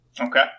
Okay